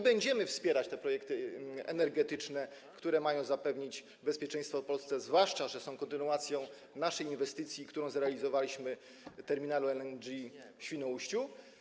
Będziemy wspierać projekty energetyczne, które mają zapewnić bezpieczeństwo Polsce, zwłaszcza że są kontynuacją naszej inwestycji, którą zrealizowaliśmy - terminalu LNG w Świnoujściu.